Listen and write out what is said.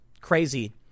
crazy